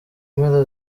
mpera